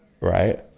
right